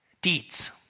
deeds